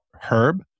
Herb